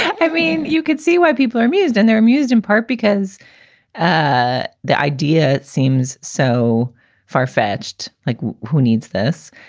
i mean, you could see why people are amused and they're amused in part because the idea seems so far fetched, like who needs this?